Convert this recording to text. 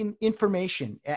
information